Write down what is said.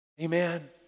Amen